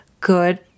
good